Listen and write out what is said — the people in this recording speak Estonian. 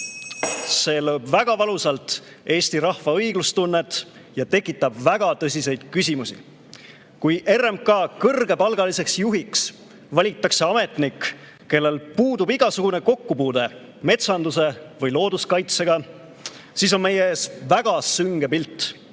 See lööb väga valusalt eesti rahva õiglustunnet ja tekitab väga tõsiseid küsimusi. Kui RMK kõrgepalgaliseks juhiks valitakse ametnik, kellel puudub igasugune kokkupuude metsanduse või looduskaitsega, siis on meie ees väga sünge pilt